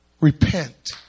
Repent